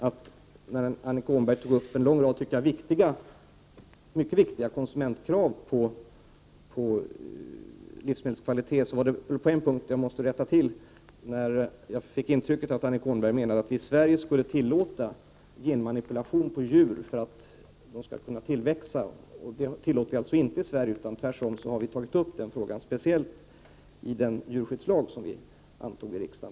Annika Åhnberg tog upp en lång rad mycket viktiga konsumentkrav på livsmedlens kvalitet, men på en punkt måste jag rätta henne. Jag fick intrycket att Annika Åhnberg menade att vi i Sverige skulle tillåta genmanipulation på djur för att de skall tillväxa. Det tillåts alltså inte i Sverige, utan tvärtom har vi tagit upp den frågan speciellt i den djurskyddslag som riksdagen antog.